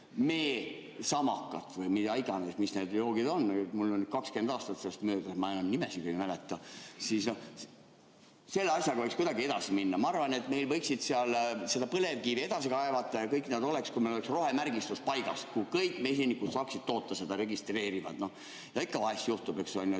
meesamakat või mida iganes, mis need joogid on – mul on 20 aastat möödas, ma enam nimesid ei mäleta –, siis selle asjaga võiks kuidagi edasi minna. Ma arvan, nad võiksid seal seda põlevkivi edasi kaevata ja kõik, kui meil oleks rohemärgistus paigas, kui kõik mesinikud saaksid toota ja registreerida. Ikka vahel juhtub, et mingit